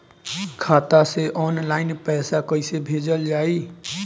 खाता से ऑनलाइन पैसा कईसे भेजल जाई?